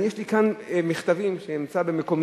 יש לי כאן מכתבים, כשאני נמצא במקומי,